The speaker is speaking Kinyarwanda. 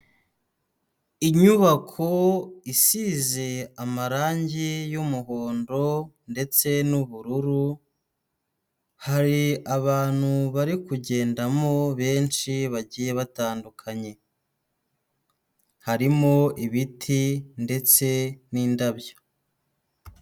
Inyubako isize amarange y'umuhondo ndetse n'ubururu, hari abantu bari kugendamo benshi bagiye batandukanye, harimo ibiti ndetse n'indabyo.